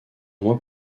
mois